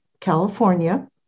California